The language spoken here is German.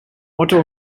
otto